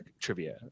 trivia